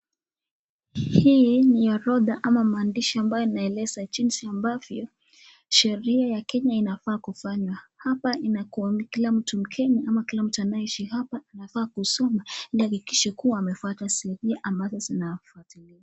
Hii ni orodha ama maandishi ambayo inaeleza jinzi ambavyo sheria ya kenya inafaa kufanywa . Hapa inakuwanga kila mtu mkenya ama kila mtu anayeishi hapa anafaa kusoma ili hakikishe kuwa anafata sheria ambazo zinafatiliwa.